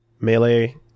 melee